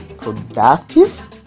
productive